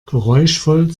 geräuschvoll